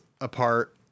apart